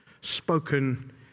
spoken